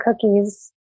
cookies